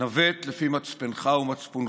נווט לפי מצפונך ומצפונך.